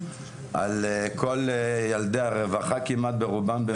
על כל ילדי הרווחה כמעט ברובם.